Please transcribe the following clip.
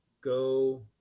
go